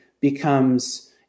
becomes